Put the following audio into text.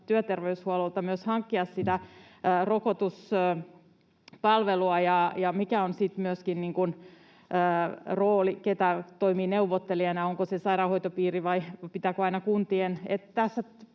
työterveyshuollolta myös hankkia sitä rokotuspalvelua, ja kuka sitten myöskin toimii neuvottelijana? Onko se sairaanhoitopiiri, vai pitääkö aina kuntien